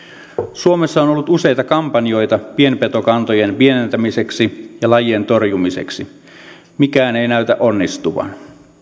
suomessa on ollut useita kampanjoita pienpetokantojen pienentämiseksi ja lajien torjumiseksi mikään ei näytä onnistuvan